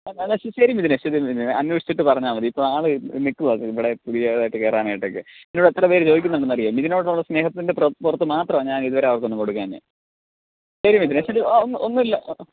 എന്നാൽ ശരി മിഥുനേ ശരി മിഥുനേ അന്വേഷിച്ചിട്ട് പറഞ്ഞാൽ മതി ഇപ്പോൾ ആൾ നിൽക്കുവാണ് ഇവിടെ പുതിയതായിട്ട് കയറാനായിട്ടൊക്കെ എന്നോട് എത്ര പേർ ചോദിക്കുന്നുണ്ടെന്ന് അറിയുമോ മിഥുനോടുള്ള സ്നേഹത്തിൻ്റെ പുറത്ത് മാത്രമാണ് ഞാൻ ഇത് വരെ അവർക്കൊന്നും കൊടുക്കാഞ്ഞത് ശരി മിഥുനേ ശരി ഓ ഒന്ന് ഒന്നുമില്ല